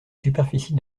superficie